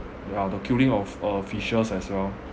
ya the killing of uh fishes as well